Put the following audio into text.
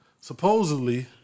Supposedly